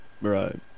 Right